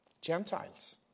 Gentiles